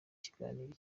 kiganiro